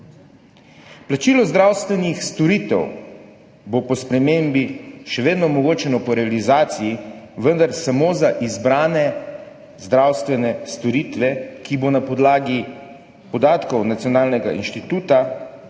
Plačilo zdravstvenih storitev bo po spremembi še vedno omogočeno po realizaciji, vendar samo za izbrane zdravstvene storitve, ki jih bo na podlagi podatkov Nacionalnega inštituta pripravil